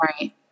Right